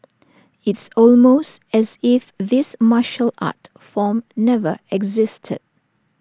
it's almost as if this martial art form never existed